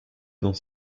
dans